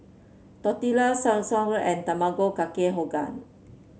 Tortillas and Tamago Kake